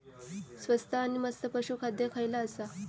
स्वस्त आणि मस्त पशू खाद्य खयला आसा?